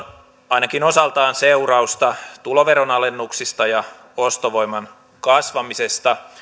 ainakin osaltaan seurausta tuloveronalennuksista ja ostovoiman kasvamisesta